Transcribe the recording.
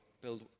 build